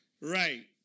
right